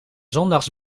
zondags